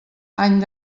any